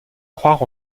croire